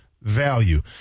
Value